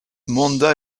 monda